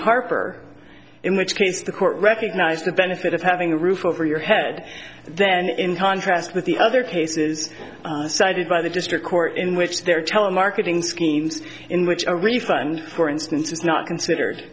harbor in which case the court recognized the benefit of having a roof over your head then in contrast with the other cases cited by the district court in which there telemarketing schemes in which a refund for instance is not considered